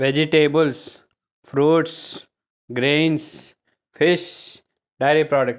vegetables fruits grains fish dairy product